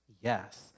Yes